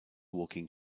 walking